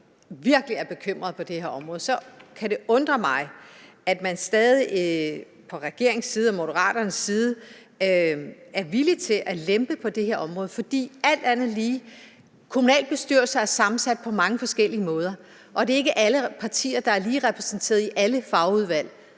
virkelig er bekymrede på det her område, kan det undre mig, at man fra regeringens side, herunder fra Moderaternes side, stadig er villig til at lempe på det her område. For alt andet lige er kommunalbestyrelser sammensat på mange forskellige måder, og det er ikke alle partier, der er lige repræsenteret i alle fagudvalg,